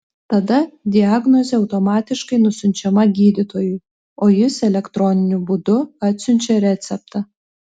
tada diagnozė automatiškai nusiunčiama gydytojui o jis elektroniniu būdu atsiunčia receptą